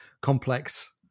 complex